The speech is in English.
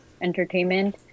entertainment